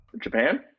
Japan